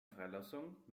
freilassung